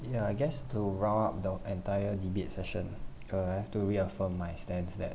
yeah I guess to round up the entire debate session uh I have to reaffirm my stance that